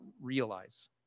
realize